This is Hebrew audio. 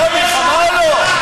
פושע מלחמה או לא?